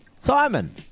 Simon